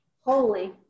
Holy